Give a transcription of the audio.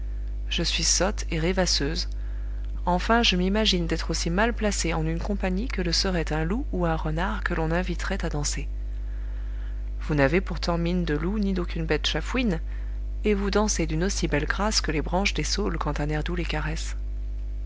je suis sotte et rêvasseuse enfin je m'imagine d'être aussi mal placée en une compagnie que le serait un loup ou un renard que l'on inviterait à danser vous n'avez pourtant mine de loup ni d'aucune bête chafouine et vous dansez d'une aussi belle grâce que les branches des saules quand un air doux les caresse